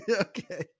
Okay